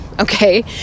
okay